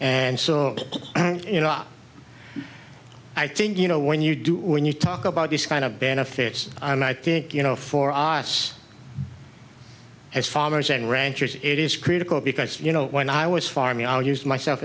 and so you know i think you know when you do when you talk about this kind of benefits and i think you know for our us as farmers and ranchers it is critical because you know when i was farming i'll use myself